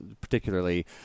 particularly